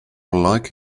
like